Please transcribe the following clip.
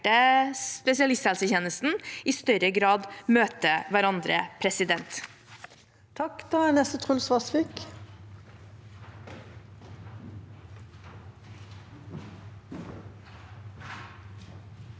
spesialisthelsetjenesten – i større grad møter hverandre.